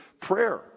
prayer